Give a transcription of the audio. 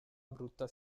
brutta